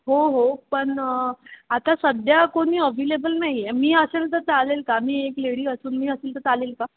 हो हो पण आता सध्या कोणी अविलेबल नाही आहे मी असेल तर चालेल का मी एक लेडी असून मी असेल तर चालेल का